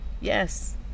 yes